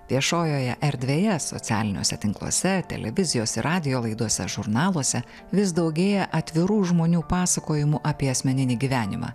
viešojoje erdvėje socialiniuose tinkluose televizijos ir radijo laidose žurnaluose vis daugėja atvirų žmonių pasakojimų apie asmeninį gyvenimą